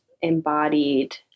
embodied